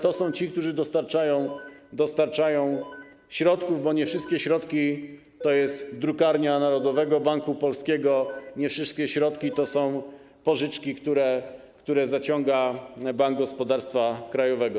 To są ci, którzy dostarczają środków, bo nie wszystkie środki są z drukarni Narodowego Banku Polskiego, nie wszystkie środki to są pożyczki, które zaciąga Bank Gospodarstwa Krajowego.